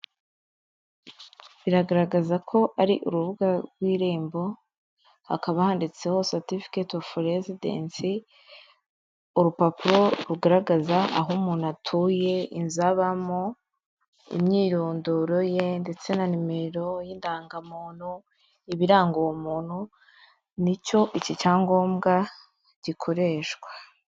Biragaragaza ko ari urubuga rw'irembo, hakaba handitseho satifiketi ofu resIdensi, urupapuro rugaragaza aho umuntu atuye inzabamo, imyirondoro ye, ndetse na nimero y'indangamuntu, ibiranga uwo muntu, nicyo iki cyangombwa gikoreshwa.